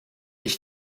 ich